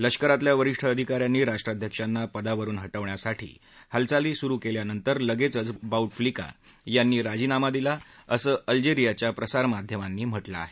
लष्करातल्या वरिष्ठ अधिकाऱ्यांनी राष्ट्राध्यक्षांना पदावरुन हटवण्यासाठी हालचाली सुरु केल्यावर लगेचच बाऊटफ्लिका यांनी राजीनामा दिला असं अल्जेरियाच्या प्रसारमाध्यमांनी म्हटलं आहे